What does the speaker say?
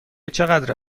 چقدر